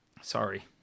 Sorry